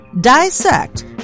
dissect